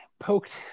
poked